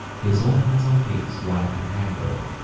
his own handsome face white and haggard.